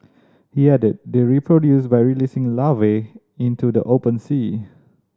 he added they reproduce by releasing larvae into the open sea